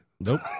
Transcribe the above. Nope